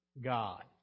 God